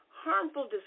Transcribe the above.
harmful